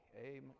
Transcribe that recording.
Amen